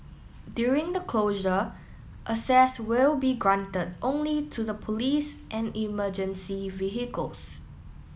during the closure access will be granted only to the police and emergency vehicles